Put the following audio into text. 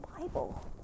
Bible